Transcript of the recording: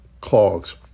clogs